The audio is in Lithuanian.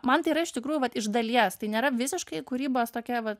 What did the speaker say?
man tai yra iš tikrųjų vat iš dalies tai nėra visiškai kūrybos tokia vat